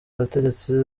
abategetsi